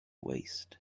waste